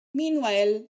meanwhile